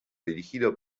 dirigido